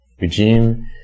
regime